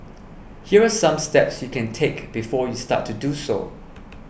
here are some steps you can take before you start to do so